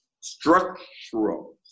structural